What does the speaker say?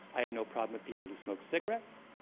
i have no problem with people who smoke cigarettes,